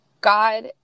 God